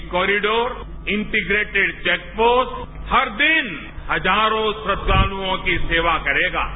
ये corridor integrated checkpost हर दिन हजारों श्रद्दालुओं की सेवा करेगा